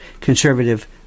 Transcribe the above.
conservative